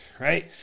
right